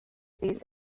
these